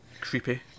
creepy